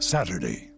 Saturday